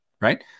right